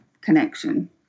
connection